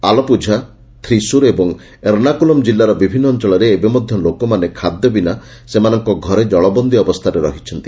ଆଲପୁଝା ଥ୍ରିସୁର ଏବଂ ଏର୍ଷ୍ଡାକୁଲମ୍ ଜିଲ୍ଲାର ବିଭିନ୍ନ ଅଞ୍ଞଳରେ ଏବେ ମଧ୍ଧ ଲୋକମାନେ ଖାଦ୍ଧ ବିନା ସେମାନଙ୍ଙ ଘରେ ଜଳ ବନ୍ଦୀ ଅବସ୍ଥାରେ ରହିଛନ୍ତି